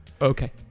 Okay